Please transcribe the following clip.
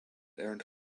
earned